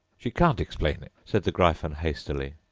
she can't explain it said the gryphon hastily.